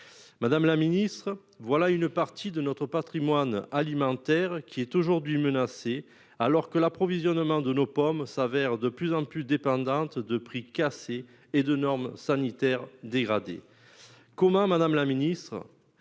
Madame la Ministre, voilà une partie de notre Patrimoine alimentaire qui est aujourd'hui menacée. Alors que l'approvisionnement de nos pommes s'avère de plus en plus dépendante de prix cassés et de normes sanitaires dégradées. Commun Madame la Ministre.